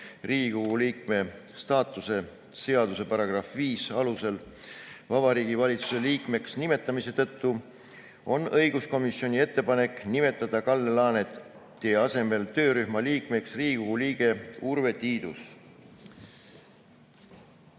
Riigikogu liikme staatuse seaduse § 5 alusel Vabariigi Valitsuse liikmeks nimetamise tõttu on õiguskomisjonil ettepanek nimetada Kalle Laaneti asemel töörühma liikmeks Riigikogu liige Urve